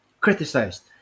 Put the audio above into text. criticized